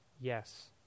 Yes